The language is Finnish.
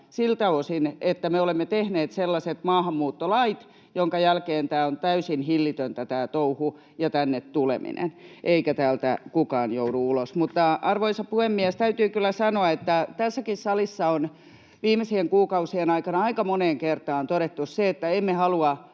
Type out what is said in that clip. siltä osin, että me olemme tehneet sellaiset maahanmuuttolait, joiden jälkeen on täysin hillitöntä tämä touhu ja tänne tuleminen eikä täältä kukaan joudu ulos. Mutta, arvoisa puhemies, täytyy kyllä sanoa, että tässäkin salissa on viimeisien kuukausien aikana aika moneen kertaan todettu se, että emme halua